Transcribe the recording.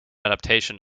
adaptation